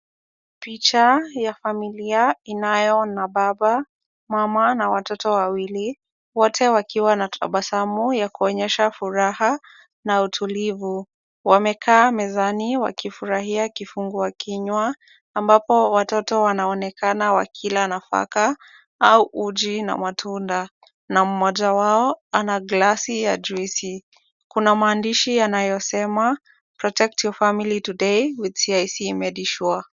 Picha ya familia inayo na mama, baba na watoto wawili wote wakiwa na tabasamu ya kuonyesha furaha na utulivu. Wamekaa mezani wakifurahia kifunguakinywa ambapo watoto wanaonekana wakila nafaka au uji na matunda na mmoja wao ana glasi ya juisi. Kuna maandishi yanayosema protect your family today with CIC medisure .